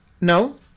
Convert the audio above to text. No